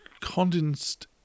condensed